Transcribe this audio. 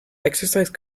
exercise